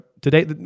today